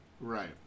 Right